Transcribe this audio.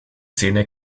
szene